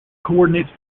coordinates